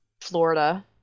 florida